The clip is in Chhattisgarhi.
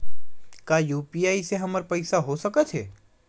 का यू.पी.आई से हमर पईसा हो सकत हे?